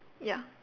ya